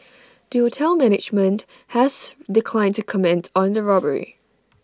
the hotel's management has declined to comment on the robbery